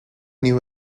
new